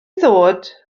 ddod